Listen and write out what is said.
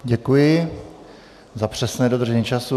Děkuji za přesné dodržení času.